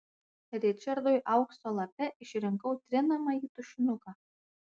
ričardui aukso lape išrinkau trinamąjį tušinuką